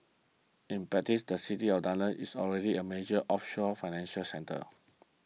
in practice the city of London is already a major offshore financial centre